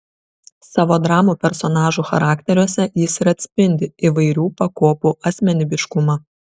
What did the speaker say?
savo dramų personažų charakteriuose jis ir atspindi įvairių pakopų asmenybiškumą